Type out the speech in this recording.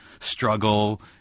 struggle